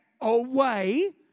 away